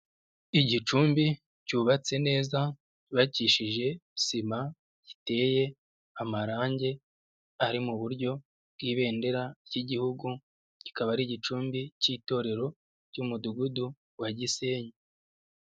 Igicumbi cyubatse neza cyubakishije sima, giteye amarangi ari mu buryo bw'ibendera ry'Igihugu, kikaba ari igicumbi cy'itorero ry'Umudugudu wa Gisenyi.